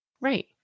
Right